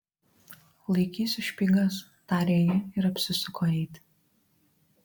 laikysiu špygas tarė ji ir apsisuko eiti